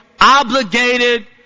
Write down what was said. obligated